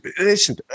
listen